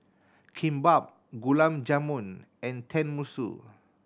Kimbap Gulab Jamun and Tenmusu